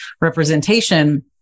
representation